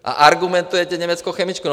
A argumentujete německou chemičkou.